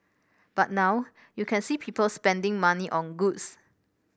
but now you can see people spending money on goods